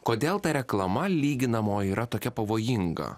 kodėl ta reklama lyginamoji yra tokia pavojinga